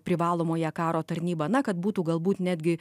privalomąją karo tarnybą na kad būtų galbūt netgi